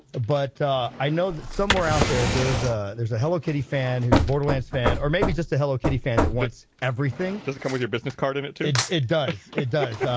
but i know that somewhere out there. there's a there's a hello kitty fan who's a border lance fan or maybe just a hello kitty fan that wants? everything doesn't come with your business card in it. it. it does it does.